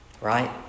Right